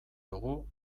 dugu